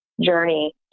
journey